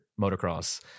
motocross